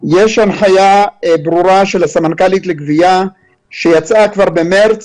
יש הנחיה ברורה של הסמנכ"לית לגבייה שיצאה כבר בחודש מארס,